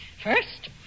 First